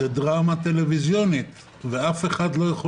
זה דרמה טלוויזיונית ואף אחד לא יכול